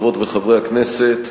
חברות וחברי הכנסת,